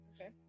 Okay